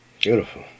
Beautiful